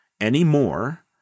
anymore